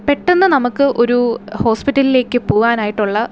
പെട്ടെന്ന് നമക്ക് ഒരു ഹോസ്പിറ്റലിലേക്ക് പോകാനായിട്ടുള്ള